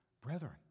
Brethren